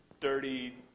dirty